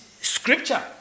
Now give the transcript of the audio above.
scripture